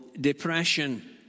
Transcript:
depression